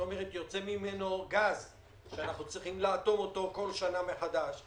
יוצא ממנו גז שאנחנו צריכים לאטום אותו כל שנה מחדש.